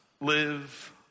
live